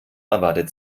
erwartet